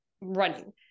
running